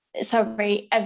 sorry